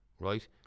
right